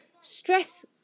Stress